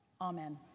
Amen